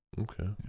okay